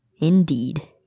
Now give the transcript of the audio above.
Indeed